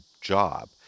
job